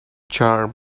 charm